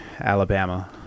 Alabama